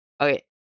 Okay